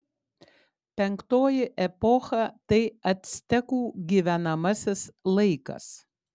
penktoji epocha tai actekų gyvenamasis laikas